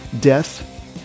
death